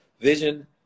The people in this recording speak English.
Vision